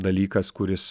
dalykas kuris